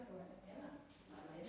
A W